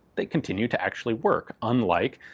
they continue to actually work. unlike,